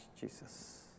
Jesus